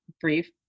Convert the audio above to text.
brief